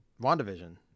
Wandavision